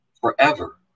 forever